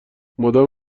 مدام